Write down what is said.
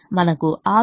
కాబట్టిv2 v2 0